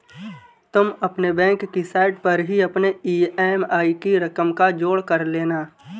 तुम अपने बैंक की साइट पर ही अपने ई.एम.आई की रकम का जोड़ कर लेना